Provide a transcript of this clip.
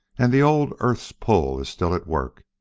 and the old earth's pull is still at work.